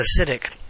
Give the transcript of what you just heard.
acidic